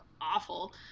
awful